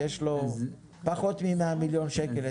יש לו פחות ממאה מיליון שקל,